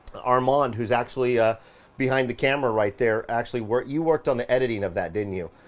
armand, who's actually ah behind the camera right there, actually worked, you worked on the editing of that, didn't you?